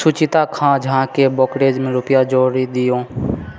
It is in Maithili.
सुचिता खाँ झा केँ ब्रोक्रेजमे रूपैआ जोड़ि दिऔ